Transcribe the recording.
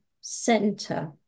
center